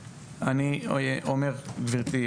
גברתי,